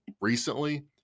recently